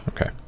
Okay